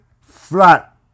flat